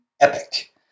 epic